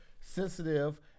sensitive